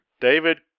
David